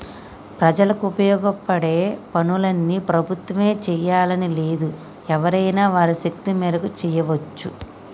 ప్రజలకు ఉపయోగపడే పనులన్నీ ప్రభుత్వమే చేయాలని లేదు ఎవరైనా వారి శక్తి మేరకు చేయవచ్చు